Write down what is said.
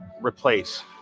replace